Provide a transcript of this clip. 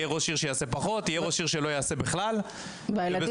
יהיה ראש עיר שיעשה פחות ויהיה ראש